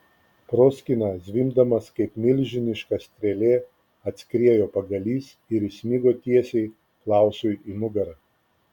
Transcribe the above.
proskyna zvimbdamas kaip milžiniška strėlė atskriejo pagalys ir įsmigo tiesiai klausui į nugarą